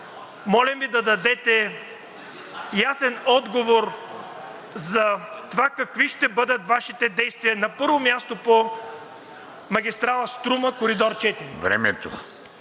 молим Ви да дадете ясен отговор за това какви ще бъдат Вашите действия, на първо място, по магистрала „Струма“ коридор